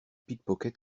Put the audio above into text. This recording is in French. pickpocket